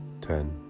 Ten